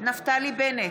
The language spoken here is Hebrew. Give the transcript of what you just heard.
נפתלי בנט,